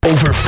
Over